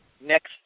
next